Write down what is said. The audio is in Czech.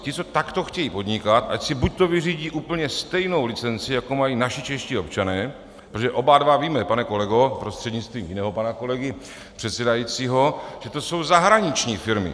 Ti, co takto chtějí podnikat, ať si buďto vyřídí úplně stejnou licenci, jako mají naši čeští občané protože oba dva víme, pane kolego prostřednictvím jiného pana kolegy předsedajícího, že to jsou zahraniční firmy.